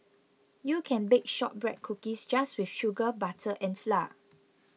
you can bake Shortbread Cookies just with sugar butter and flour